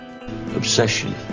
Obsession